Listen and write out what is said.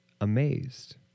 amazed